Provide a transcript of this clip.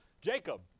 Jacob